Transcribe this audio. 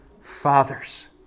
fathers